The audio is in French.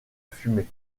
fumée